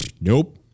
nope